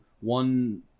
one